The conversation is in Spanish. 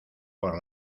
por